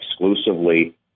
exclusively